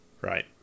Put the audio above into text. Right